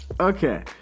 Okay